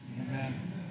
Amen